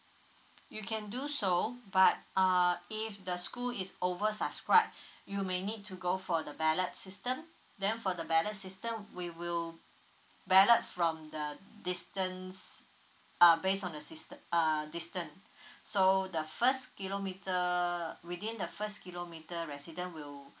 you can do so but uh if the school is over subscribe you may need to go for the ballot system then for the ballot system we will ballot from the distance uh based on the system err distance so the first kilometer uh within the first kilometer resident will